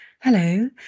Hello